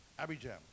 Abijam